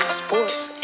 sports